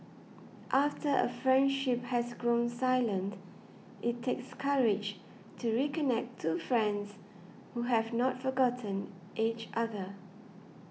after a friendship has grown silent it takes courage to reconnect two friends who have not forgotten each other